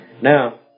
now